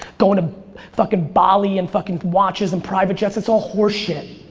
going to fucking bali, and fucking watches, and private jets, it's all horse shit.